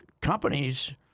companies